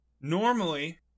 Normally